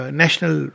national